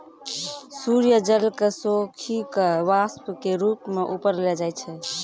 सूर्य जल क सोखी कॅ वाष्प के रूप म ऊपर ले जाय छै